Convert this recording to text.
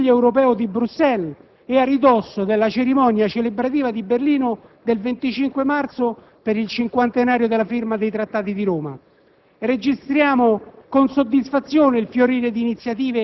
Ciò avviene immediatamente dopo la conclusione del Consiglio europeo di Bruxelles e a ridosso della cerimonia celebrativa di Berlino del 25 marzo per il cinquantenario della firma dei Trattati di Roma.